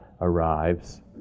arrives